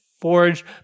forged